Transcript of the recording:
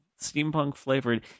Steampunk-flavored